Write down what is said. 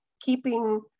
keeping